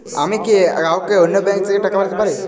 আমি কি কাউকে অন্য ব্যাংক থেকে টাকা পাঠাতে পারি?